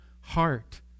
heart